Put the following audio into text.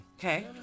Okay